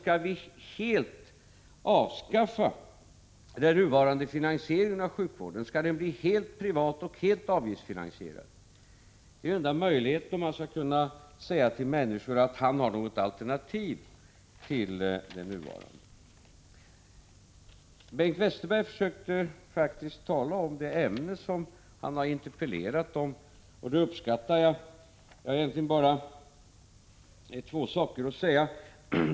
Skall vi helt avskaffa den nuvarande finanseringen av sjukvården? Skall den bli helt privat och helt avgiftsfinansierad? Det är den enda möjligheten om man skall kunna säga till människor att Ulf Adelsohn har något alternativ till det nuvarande systemet. Bengt Westerberg försökte faktiskt tala om det ämne som han har interpellerat om, och det uppskattar jag. Jag har egentligen bara två saker att säga.